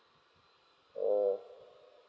mm